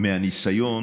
מהניסיון